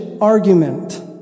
argument